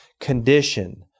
Condition